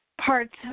parts